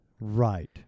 Right